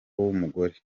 w’umugore